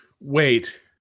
Wait